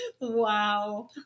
Wow